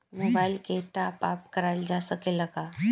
Mobile के top आप कराइल जा सकेला का?